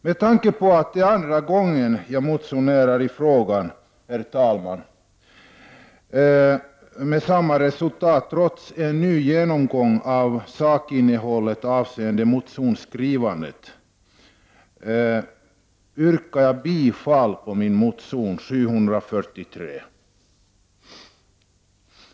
Med tanke på att det är andra gången som jag motionerar i denna fråga, herr talman, med samma resultat trots en ny genomgång av sakinnehållet avseende motionsskrivandet, yrkar jag bifall på min motion 743.